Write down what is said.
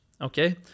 Okay